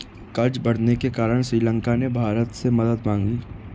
कर्ज बढ़ने के कारण श्रीलंका ने भारत से मदद मांगी